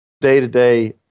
day-to-day